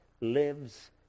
lives